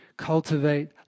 cultivate